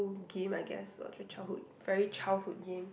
<UNK game I guess childhood very childhood game